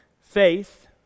Faith